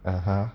(uh huh)